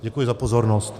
Děkuji za pozornost.